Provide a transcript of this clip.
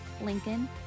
Lincoln